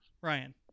Ryan